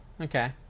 okay